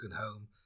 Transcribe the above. home